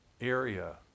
area